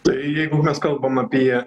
tai jeigu mes kalbam apie